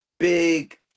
big